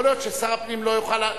יכול להיות ששר הפנים לא יוכל,